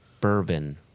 bourbon